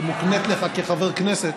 שמוקנית לך כחבר כנסת,